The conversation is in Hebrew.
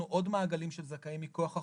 כל המעגלים שזכאים מכוח החוק,